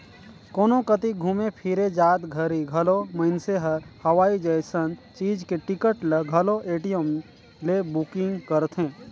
कोनो कति घुमे फिरे जात घरी घलो मइनसे हर हवाई जइसन चीच के टिकट ल घलो पटीएम ले बुकिग करथे